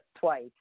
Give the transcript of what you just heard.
twice